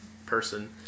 person